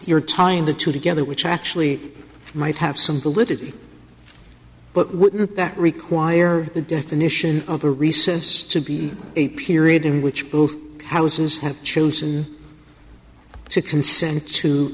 you're tying the two together which actually might have some validity but wouldn't that require the definition of a recess to be a period in which both houses have chosen to consent to